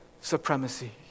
supremacy